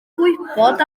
gwybod